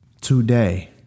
Today